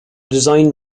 designed